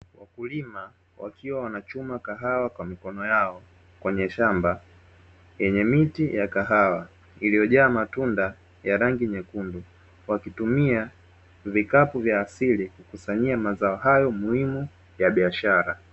Wakulima wakiwa wanachuma kahawa kwa mikono yao kwenye shamba yenye miti ya kahawa iliyojaa matunda ya rangi nyekundu wakitumia vikapu vya asili, kukusanyia mazao hayo muhimu ya biashara.